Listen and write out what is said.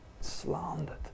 Slandered